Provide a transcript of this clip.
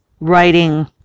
writing